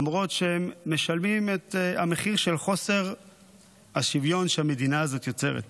למרות שהם משלמים את המחיר של חוסר השוויון שהמדינה הזאת יוצרת.